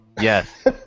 Yes